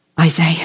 Isaiah